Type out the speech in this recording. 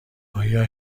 آیا